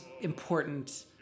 important